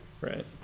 Right